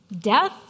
Death